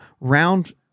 round